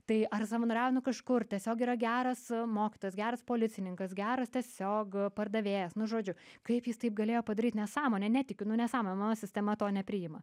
tai ar savanoriauja nu kažkur tiesiog yra geras mokytojas geras policininkas geras tiesiog pardavėjas nu žodžiu kaip jis taip galėjo padaryt nesąmonė netikiu nu nesąmonė mano sistema to nepriima